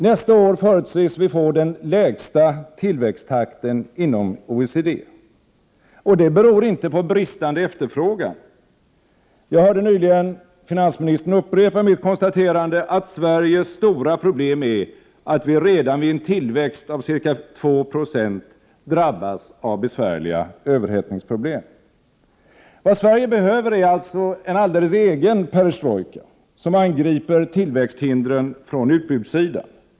Nästa år förutses vi få den lägsta tillväxttakten inom OECD. Och det beror inte på bristande efterfrågan. Jag hörde nyligen finansministern upprepa mitt konstaterande att Sveriges stora problem är att vi redan vid en tillväxt av ca 2 20 drabbas av besvärliga överhettningsproblem. Vad Sverige behöver är alltså en alldeles egen perestrojka, som angriper tillväxthindren från utbudssidan.